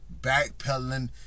backpedaling